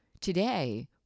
Today